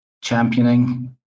championing